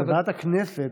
בוועדת הכנסת,